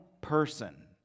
person